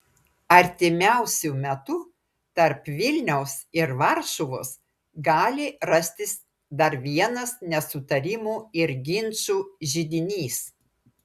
artimiausiu metu tarp vilniaus ir varšuvos gali rastis dar vienas nesutarimų ir ginčų židinys